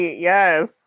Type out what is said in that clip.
Yes